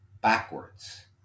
backwards